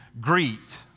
greet